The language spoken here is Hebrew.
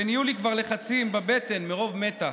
ונהיו לי כבר לחצים בבטן מרוב מתח.